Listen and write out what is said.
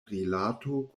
rilato